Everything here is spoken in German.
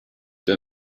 der